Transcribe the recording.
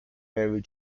marie